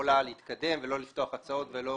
יכולה להתקדם ולא לפתוח הצעות ולא